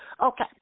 Okay